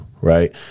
Right